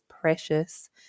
precious